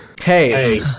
Hey